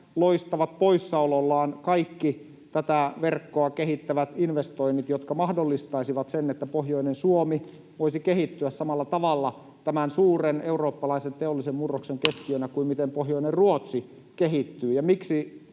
loistavat poissaolollaan kaikki tätä verkkoa kehittävät investoinnit, jotka mahdollistaisivat sen, että pohjoinen Suomi voisi kehittyä samalla tavalla tämän suuren eurooppalaisen teollisen murroksen keskiönä kuin miten pohjoinen Ruotsi kehittyy.